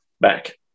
back